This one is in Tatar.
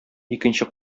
икенче